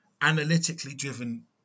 analytically-driven